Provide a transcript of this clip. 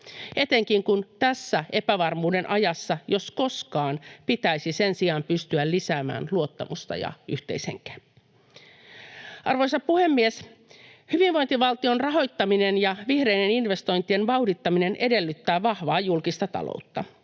etenkin kun tässä epävarmuuden ajassa, jos koskaan, pitäisi sen sijaan pystyä lisäämään luottamusta ja yhteishenkeä. Arvoisa puhemies! Hyvinvointivaltion rahoittaminen ja vihreiden investointien vauhdittaminen edellyttävät vahvaa julkista taloutta.